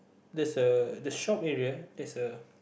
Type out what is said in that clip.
there's a the shop area there's a